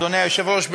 אדוני היושב-ראש,